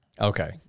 Okay